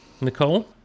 Nicole